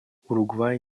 уругвай